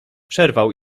przerwał